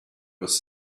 was